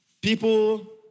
People